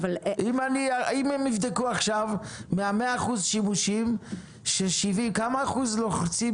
אם הם יבדקו עכשיו מה-100% שימושים ש-70% לוחצים